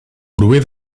prové